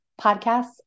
podcasts